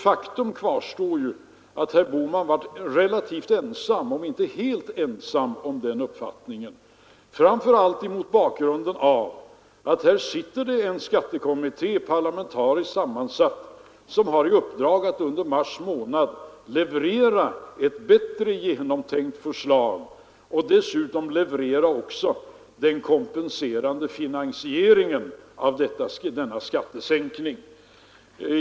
Faktum kvarstår dock att herr Bohman var relativt om inte helt ensam om denna uppfattning, framför allt mot bakgrunden av att en parlamentariskt sammansatt skattekommitté har i uppdrag att under mars månad leverera ett bättre genomtänkt förslag och dessutom anvisa den kompenserande finansieringen av denna skattesänkning.